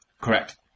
Correct